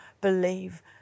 believe